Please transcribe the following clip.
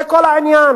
זה כל העניין.